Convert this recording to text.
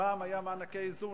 פעם היו מענקי איזון,